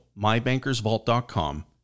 mybankersvault.com